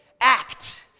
act